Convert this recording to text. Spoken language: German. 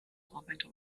arbeiter